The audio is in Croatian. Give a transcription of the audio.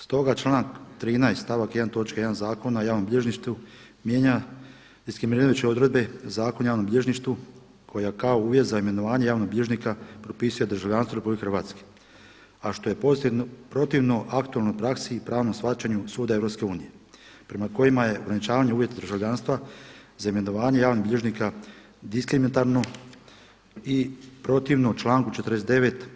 Stoga članak 13. stavak 1. točke 1. zakona o javnom bilježništvu mijenja diskriminirajuće odredbe Zakona o javnom bilježništvu koja kao uvjet za imenovanje javnog bilježnika propisuje državljanstvo RH, a što je protivno aktualnoj praksi i pravnom shvaćanju Suda EU, prema kojima je ograničavanje uvjeta državljanstva za imenovanje javnih bilježnika diskriminatorno i protivno članku 49.